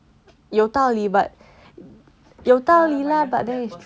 有道理 but 有道理 lah but